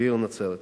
בעיר נצרת.